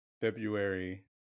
February